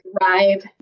drive